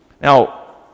Now